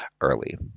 early